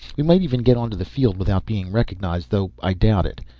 we might even get onto the field without being recognized, though i doubt it.